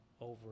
over